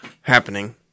happening